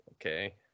okay